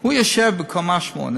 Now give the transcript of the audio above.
הוא יושב בקומה שמונה